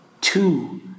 two